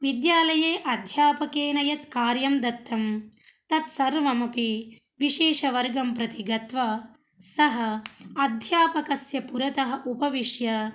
विद्यालये अध्यापकेन यत् कार्यं दत्तं तत् सर्वमपि विशेषवर्गं प्रति गत्वा सः अध्यापकस्य पुरतः उपविश्य